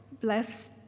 bless